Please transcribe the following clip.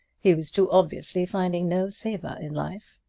he was too obviously finding no savor in life.